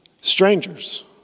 strangers